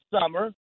summer